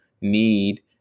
need